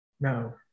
No